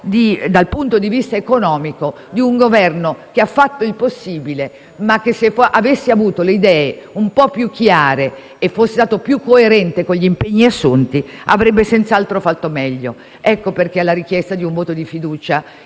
è l'ultimo atto economico di un Governo che ha fatto il possibile ma che se avesse avuto le idee un po' più chiare e fosse stato più coerente con gli impegni assunti, avrebbe senz'altro fatto meglio. Ecco perché alla richiesta di un voto di fiducia,